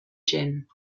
gym